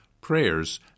prayers